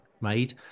made